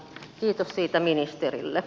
kiitos siitä ministerille